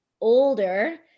older